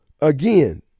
again